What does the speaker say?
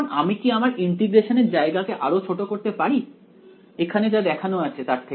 এখন আমি কি আমার ইন্টিগ্রেশনের জায়গাকে আরো ছোট করতে পারি এখানে যা দেখানো আছে তার থেকে